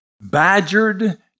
badgered